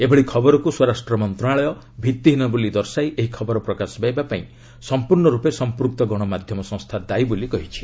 ଏଭଳି ଖବରକ୍ ସ୍ୱରାଷ୍ଟ୍ର ମନ୍ତ୍ରଣାଳୟ ଭିତ୍ତିହୀନ ବୋଲି ଦର୍ଶାଇ ଏହି ଖବର ପ୍ରକାଶ ପାଇବା ପାଇଁ ସମ୍ପର୍ଶ୍ଣ ରୂପେ ସମ୍ପୂକ୍ତ ଗଣମାଧ୍ୟମ ସଂସ୍ଥା ଦାୟି ବୋଲି କହିଛି